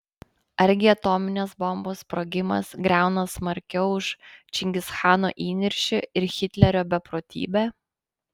argi atominės bombos sprogimas griauna smarkiau už čingischano įniršį ir hitlerio beprotybę